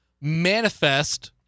Manifest